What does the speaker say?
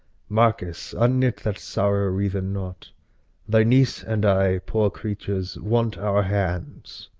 marcus, unknit that sorrow-wreathen knot thy niece and i, poor creatures, want our hands,